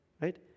right